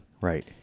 Right